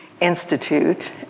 institute